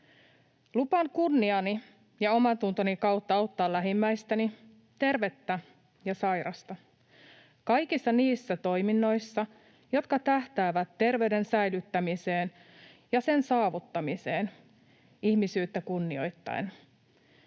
”Lupaan kunniani ja omantuntoni kautta auttaa lähimmäistäni, tervettä ja sairasta, kaikissa niissä toiminnoissa, jotka tähtäävät terveyden säilyttämiseen ja sen saavuttamiseen ihmisyyttä kunnioittaen,